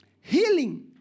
healing